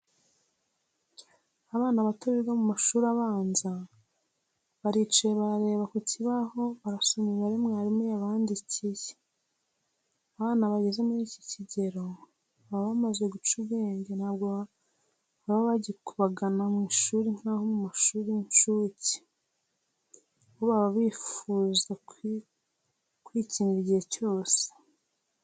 Abana bato biga mu mashuri abanza, baricaye barareba ku kibaho barasoma imibare mwarimu yabandikiye. Abana bageze muri iki kigero baba bamaze guca ubwenge ntabwo baba bagikubagana mu ishuri nk'abo mu mashuri y'incuke , bo baba bifuza kwikinira igihe cyose.